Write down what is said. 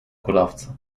kulawca